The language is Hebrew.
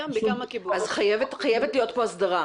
חייבת להיות כאן הסדרה.